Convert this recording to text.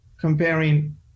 comparing